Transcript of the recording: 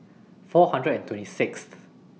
four hundred and twenty Sixth